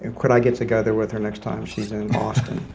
and could i get together with her next time she's in austin.